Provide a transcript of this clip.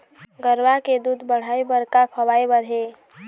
गरवा के दूध बढ़ाये बर का खवाए बर हे?